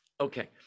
okay